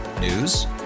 News